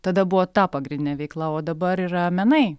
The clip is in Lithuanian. tada buvo ta pagrindinė veikla o dabar yra menai